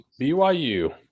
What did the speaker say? BYU